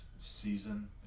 season